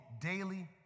daily